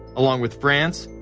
along with france,